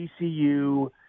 TCU